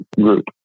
group